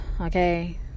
okay